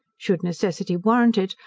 should necessity warrant it,